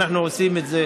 ואנחנו עושים את זה